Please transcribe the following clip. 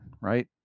right